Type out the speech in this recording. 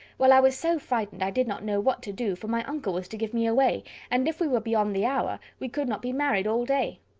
well, i was so frightened i did not know what to do, for my uncle was to give me away and if we were beyond the hour, we could not be married all day.